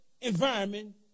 environment